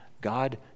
God